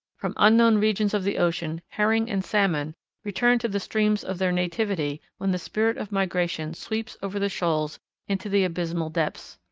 from unknown regions of the ocean herring and salmon return to the streams of their nativity when the spirit of migration sweeps over the shoals into the abysmal depths.